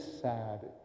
sad